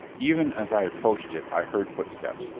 even as i approached it i heard footsteps,